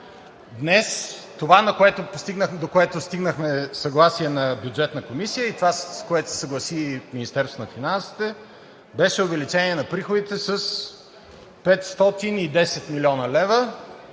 Днес това, до което стигнахме, е съгласие на Бюджетната комисия, и това, с което се съгласи Министерството на финансите, беше увеличение на приходите с 510 млн. лв.,